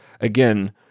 again